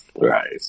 Right